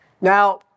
Now